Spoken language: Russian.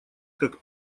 как